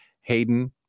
Hayden